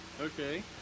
Okay